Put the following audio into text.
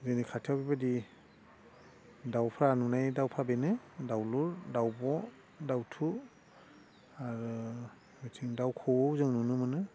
जोंनि खाथियाव बेबादि दाउफ्रा नुनाय दाउफ्रा बेनो दाउलुर दाउब' दाउथु आरो बिथिं दाउ खौवौ जों नुनो मोनो